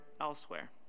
elsewhere